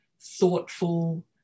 thoughtful